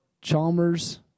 Chalmers